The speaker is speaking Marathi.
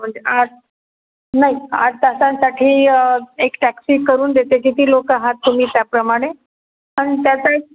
म्हणजे आठ नाही आठ तासांसाठी एक टॅक्सी करून देते किती लोकं आहात तुम्ही त्याप्रमाणे पण त्याचे